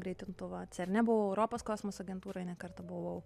greitintuvo cerne buvau europos kosmoso agentūroj ne kartą buvau